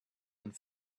and